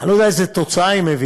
אני לא יודע איזו תוצאה היא מביאה,